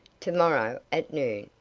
to-morrow, at noon,